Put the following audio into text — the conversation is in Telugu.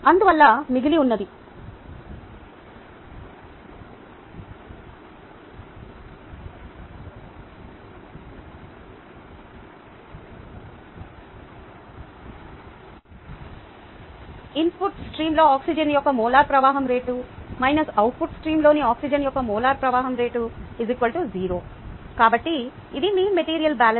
అందువల్ల మిగిలి ఉన్నది ఇన్పుట్స్ట్రీమ్లోని ఆక్సిజన్ యొక్క మోలార్ ప్రవాహం రేటు అవుట్పుట్స్ట్రీమ్లోని ఆక్సిజన్ యొక్క మోలార్ ప్రవాహం రేటు 0 కాబట్టి ఇది మీ మెటీరియల్ బాలన్స్